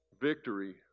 Victory